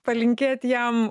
palinkėt jam